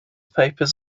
papers